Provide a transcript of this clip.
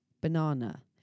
Banana